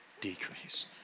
decrease